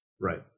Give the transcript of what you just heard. Right